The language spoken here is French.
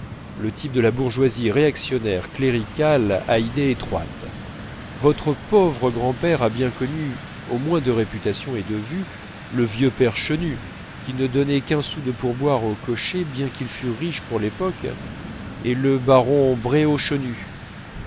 le type de la bourgeoisie réactionnaire cléricale à idées étroites votre pauvre grand-père a bien connu au moins de réputation et de vue le vieux père chenut qui ne donnait qu'un sou de pourboire aux cochers bien qu'il fût riche pour l'époque et le baron